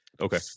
Okay